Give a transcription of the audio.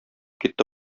китте